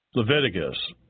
Leviticus